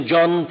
John